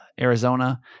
arizona